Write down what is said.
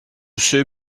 sais